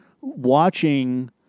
watching